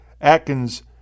Atkins